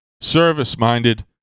service-minded